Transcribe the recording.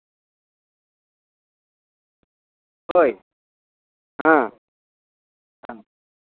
ᱦᱳᱭ ᱦᱮᱸ